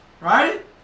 right